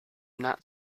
not